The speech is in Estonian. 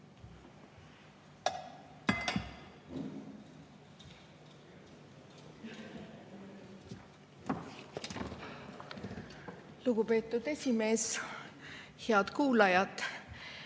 Lugupeetud esimees! Head kuulajad!